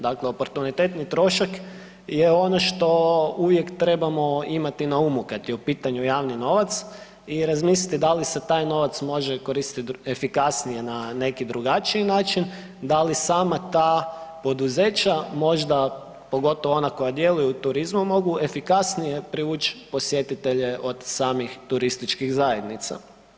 Dakle, oportunitetni trošak je ono što uvijek trebamo imati na umu kad je u pitanju javni novac i razmisliti da li se taj novac može koristit efikasnije na neki drugačiji način, da li sama ta poduzeća možda, pogotovo ona koja djeluju u turizmu, mogu efikasnije privuć posjetitelje od samih turističkih zajednica.